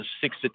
Six